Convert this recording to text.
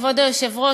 כבוד היושב-ראש,